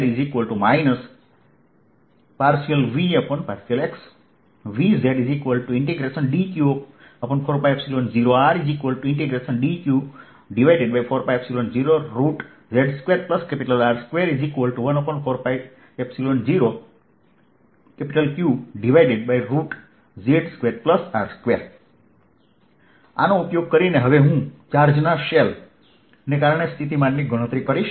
Ez ∂V∂x Vzdq4π0rdq4π0z2R214π0Qz2R2 આનો ઉપયોગ કરીને હવે હું ચાર્જના શેલને કારણે સ્થિતિમાનની ગણતરી કરીશ